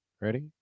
ready